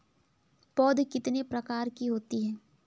पौध कितने प्रकार की होती हैं?